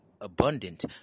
abundant